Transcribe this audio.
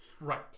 Right